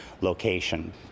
location